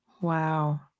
Wow